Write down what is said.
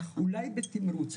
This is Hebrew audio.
אולי בתמרוץ.